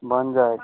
बन जाएगा